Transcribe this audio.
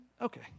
okay